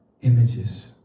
images